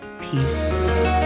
peace